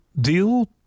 deal